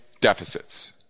deficits